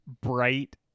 bright